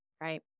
Right